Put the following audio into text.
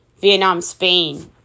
Vietnam-Spain